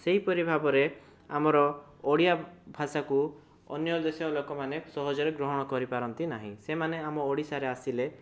ସେହିପରି ଭାବରେ ଆମର ଓଡ଼ିଆ ଭାଷାକୁ ଅନ୍ୟ ଦେଶର ଲୋକମାନେ ସହଜରେ ଗ୍ରହଣ କରିପାରନ୍ତି ନାହିଁ ସେମାନେ ଆମ ଓଡ଼ିଶାରେ ଆସିଲେ